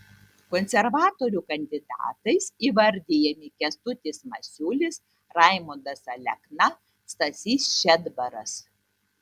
konservatorių kandidatais įvardijami kęstutis masiulis raimundas alekna stasys šedbaras